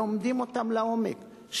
לומדים אותם לעומק,